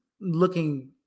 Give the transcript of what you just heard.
looking